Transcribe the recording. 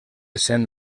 cent